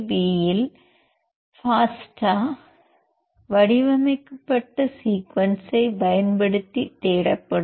பியில் ஃபாஸ்டா வடிவமைக்கப்பட்ட சீக்வென்சை பயன்படுத்தி தேடப்படும்